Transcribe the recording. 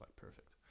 perfect